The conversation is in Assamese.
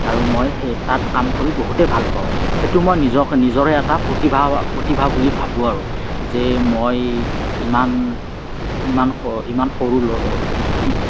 আৰু মই সেই তাত কাম কৰি বহুতেই ভাল পাওঁ সেইটো মই নিজক নিজৰে এটা প্ৰতিভা প্ৰতিভা বুলি ভাবোঁ আৰু যে মই ইমান ইমান সৰু ল'ৰা